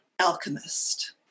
alchemist